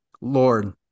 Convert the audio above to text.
Lord